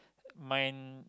mine